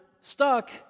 stuck